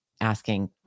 asking